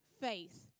faith